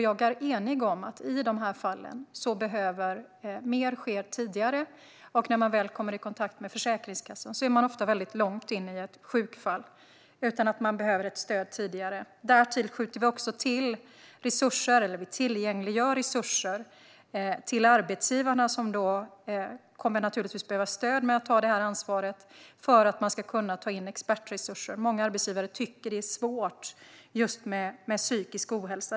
Jag är enig om att i de här fallen behöver mer ske tidigare, för när man väl kommer i kontakt med Försäkringskassan är man ofta väldigt långt inne i ett sjukfall. Man behöver alltså ett stöd tidigare. Därtill tillgängliggör vi också resurser till arbetsgivarna för att de ska kunna ta in expertresurser eftersom de naturligtvis kommer att behöva stöd i att ta det här ansvaret. Många arbetsgivare tycker att det är svårt just med psykisk ohälsa.